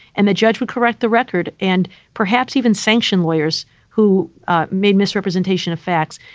and the judge would correct the record and perhaps even sanction lawyers who made misrepresentation of facts.